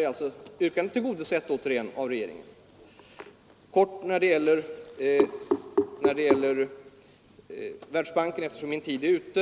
är alltså återigen yrkandet tillgodosett av regeringen. Jag skall fatta mig kort när det gäller Världsbanken, eftersom min tid är ute.